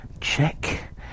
Check